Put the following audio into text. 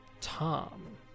Tom